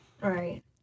Right